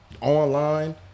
online